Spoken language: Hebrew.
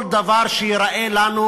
כל דבר שייראה לנו,